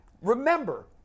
remember